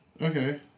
Okay